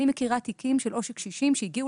אני מכירה תיקים של עושק קשישים שהגיעו